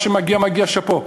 מה שמגיע מגיע, שאפו,